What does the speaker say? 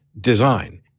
design